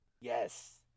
Yes